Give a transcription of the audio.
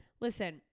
Listen